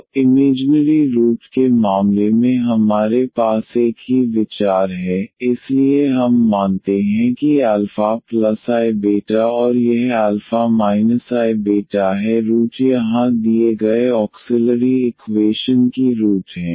तो imaginary root के मामले में हमारे पास एक ही विचार है इसलिए हम मानते हैं कि αiβ और यह α iβ है रूट यहां दिए गए ऑक्सिलरी इक्वेशन की रूट हैं